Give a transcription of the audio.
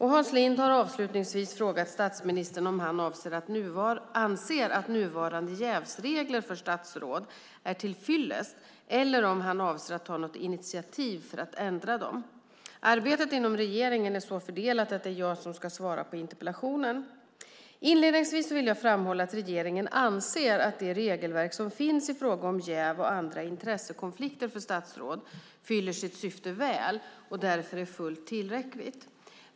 Hans Linde har avslutningsvis frågat statsministern om han anser att nuvarande jävsregler för statsråd är till fyllest eller om han avser att ta något initiativ för att ändra dem. Arbetet inom regeringen är så fördelat att det är jag som ska svara på interpellationen. Inledningsvis vill jag framhålla att regeringen anser att det regelverk som finns i fråga om jäv och andra intressekonflikter för statsråd fyller sitt syfte väl och därför är fullt tillräckligt.